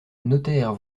notaire